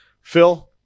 Phil